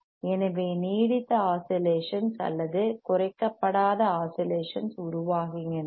எனவே நீடித்த ஆஸிலேஷன்ஸ் அல்லது குறைக்கப்படாத ஆஸிலேஷன்ஸ் உருவாகின்றன